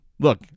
look